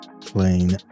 playing